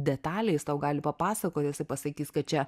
detalę jis tau gali papasakoti jisai pasakys kad čia